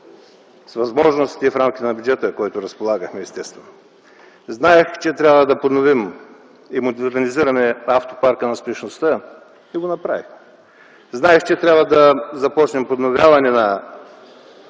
с възможностите и рамките на бюджета, с който разполагахме, естествено. Знаех, че трябва да подменим и модернизираме автопарка на спешността – и го направихме. Знаех, че трябва да започнем подновяване на